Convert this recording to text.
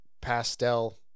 pastel